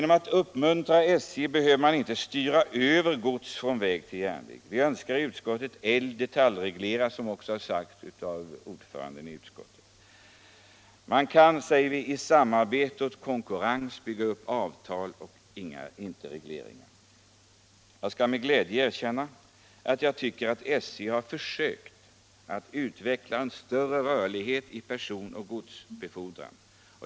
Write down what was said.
För att uppmuntra SJ behöver man inte styra över gods från väg till järnväg - det räcker med olika stimulansmetoder. Utskottet önskar, som också utskottets ordförande sagt, inte detaljreglera. Man kan, säger vi. träffa avtal i samarbete och konkurrens och slippa regleringar. Jag skall med glädje erkänna att jag tycker att SJ har försökt utveckla en större rörlighet i sin person och godsbefordran.